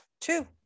Two